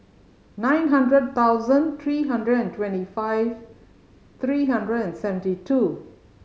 nine hundred thousand three hundred and twenty five three hundred and seventy two